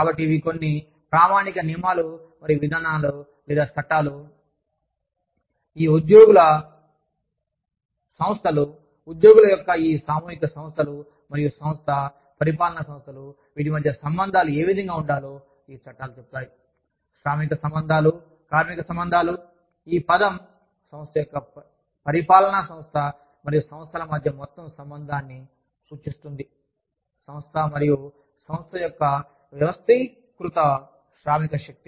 కాబట్టి ఇవి కొన్ని ప్రామాణిక నియమాలు మరియు విధానాలు లేదా చట్టాలు ఈ ఉద్యోగుల సంస్థలు ఉద్యోగుల యొక్క ఈ సామూహిక సంస్థలు మరియు సంస్థ పరిపాలనా సంస్థలు వీటి మధ్య సంబంధాలు ఏ విధంగా ఉండాలో ఈ చట్టాలు చెప్తాయి శ్రామిక సంబంధాలు కార్మిక సంబంధాలు ఈ పదం సంస్థ యొక్క పరిపాలనా సంస్థ మరియు సంస్థల మధ్య మొత్తం సంబంధాన్ని సూచిస్తుంది సంస్థ మరియు సంస్థ యొక్క వ్యవస్థీకృత శ్రామిక శక్తి